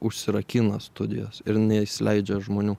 užsirakina studijos ir neįsileidžia žmonių